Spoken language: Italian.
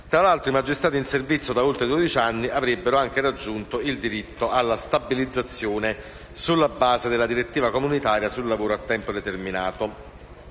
Tra l'altro, i magistrati in servizio da oltre dodici anni avrebbero anche raggiunto il diritto alla stabilizzazione sulla base della direttiva comunitaria sul lavoro a tempo determinato.